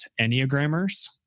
Enneagrammers